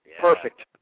Perfect